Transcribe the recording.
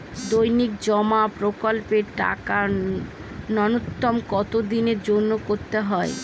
দৈনিক জমা প্রকল্পের টাকা নূন্যতম কত দিনের জন্য করতে হয়?